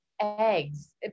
eggs